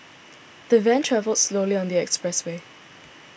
the van travelled slowly on the expressway